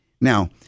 Now